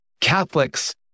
Catholics